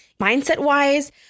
mindset-wise